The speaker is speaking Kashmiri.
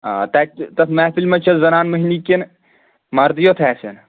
آ تَتہِ تَتھ محفِل منٛز چھا زَنان مٔہنِو کِنہٕ مَردٕے یوت آسن